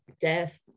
death